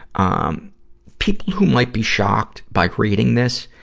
ah um people who might be shocked by reading this,